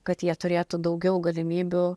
kad jie turėtų daugiau galimybių